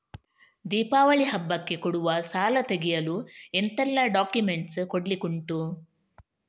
ದೀಪಾವಳಿ ಹಬ್ಬಕ್ಕೆ ಕೊಡುವ ಸಾಲ ತೆಗೆಯಲು ಎಂತೆಲ್ಲಾ ಡಾಕ್ಯುಮೆಂಟ್ಸ್ ಕೊಡ್ಲಿಕುಂಟು?